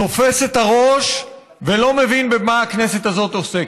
תופס את הראש ולא מבין במה הכנסת הזאת עוסקת.